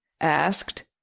asked